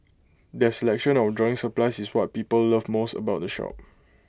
their selection of drawing supplies is what people love most about the shop